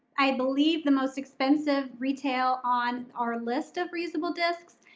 i believe the most expensive retail on our list of reasonable discs.